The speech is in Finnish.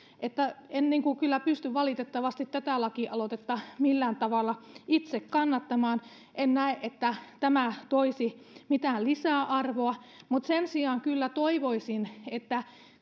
en kyllä pysty valitettavasti tätä lakialoitetta millään tavalla itse kannattamaan en näe että tämä toisi mitään lisäarvoa sen sijaan kyllä toivoisin että